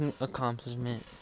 accomplishment